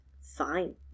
fine